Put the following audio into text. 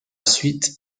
suite